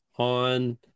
on